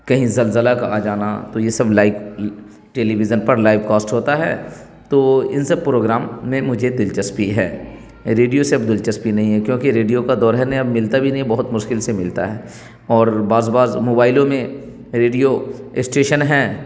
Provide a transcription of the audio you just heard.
کہیں زلزلہ کا آ جانا تو یہ سب لائیو ٹیلیویژن پر لائیو کاسٹ ہوتا ہے تو ان سب پروگرام میں مجھے دلچسپی ہے ریڈیو سے اب دلچسپی نہیں ہے کیونکہ ریڈیو کا دور ہے نہیں اب ملتا بھی نہیں ہے بہت مشکل سے ملتا ہے اور بعض بعض موبائلوں میں ریڈیو اسٹیشن ہیں